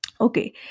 okay